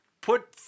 put